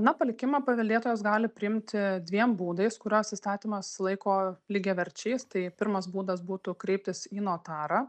na palikimą paveldėtojas gali priimti dviem būdais kuriuos įstatymas laiko lygiaverčiais tai pirmas būdas būtų kreiptis į notarą